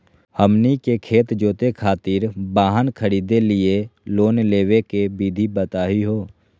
हमनी के खेत जोते खातीर वाहन खरीदे लिये लोन लेवे के विधि बताही हो?